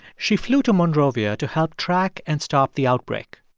she flew to monrovia to help track and stop the outbreak.